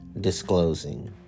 disclosing